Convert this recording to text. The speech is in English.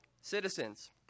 Citizens